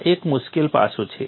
આ એક મુશ્કેલ પાસું છે